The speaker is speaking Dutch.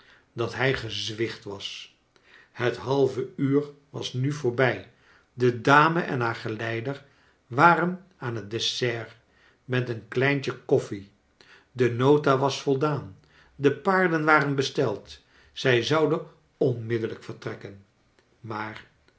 dat hij gezwicht was het halve uur was nu voorbij de dame en haar geleider waren aan het dessert met een kleintje koffie de nota was voldaan de paarden waren besteld zij zouden onmiddellijk vertrekken maar